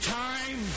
time